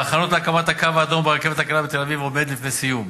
ההכנות להקמת "הקו האדום" ברכבת הקלה בתל-אביב עומדות לפני סיום,